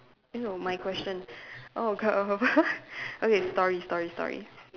eh no my question oh okay story story story